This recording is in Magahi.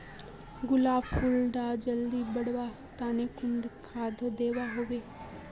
गुलाब फुल डा जल्दी बढ़वा तने कुंडा खाद दूवा होछै?